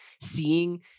seeing